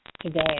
today